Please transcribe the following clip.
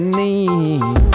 need